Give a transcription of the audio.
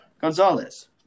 Gonzalez